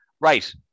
Right